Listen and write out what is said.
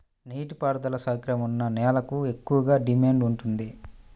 నీటి పారుదల సౌకర్యం ఉన్న నేలలకు ఎక్కువగా డిమాండ్ ఉంటుంది